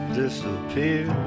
disappear